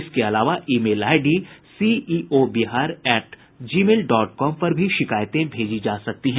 इसके अलावा email ID CEO Bihar at Gmail dot com पर भी शिकायतें भेजी जा सकती हैं